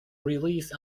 release